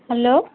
hello